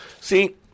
See